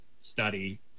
study